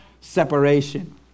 separation